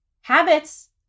Habits